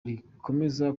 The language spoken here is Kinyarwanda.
rikomeza